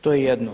To je jedno.